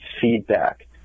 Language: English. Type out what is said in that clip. feedback